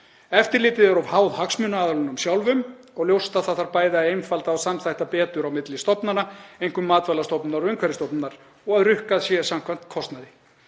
Eftirlitið er of háð hagsmunaaðilunum sjálfum og ljóst að það þarf bæði að einfalda og samþætta betur á milli stofnana, einkum Matvælastofnunar og Umhverfisstofnunar, og að rukkað sé samkvæmt kostnaði.